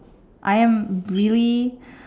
I am really